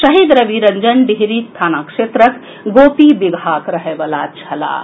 शहीद रविरंजन डिहरी थाना क्षेत्रक गोपीबिगहाक रहय वला छलाह